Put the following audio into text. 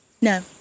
No